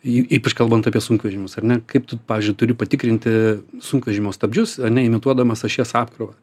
y ypač kalbant apie sunkvežimius ar ne kaip tu pavyzdžiui turi patikrinti sunkvežimio stabdžius ar ne imituodamas ašies apkrovą